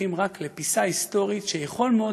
שייכים רק לפיסת היסטוריה שיכול מאוד